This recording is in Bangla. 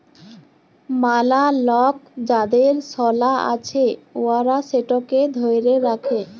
ম্যালা লক যাদের সলা আছে উয়ারা সেটকে ধ্যইরে রাখে